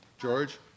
George